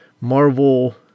Marvel